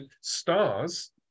stars